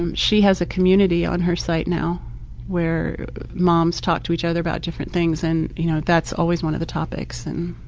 um she has a community on her website now where moms talk to each other about different things and you know, that's always one of the topics and